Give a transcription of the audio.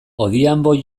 odhiambo